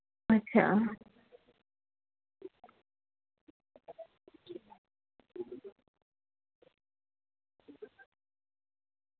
અચ્છા